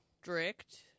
strict